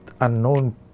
unknown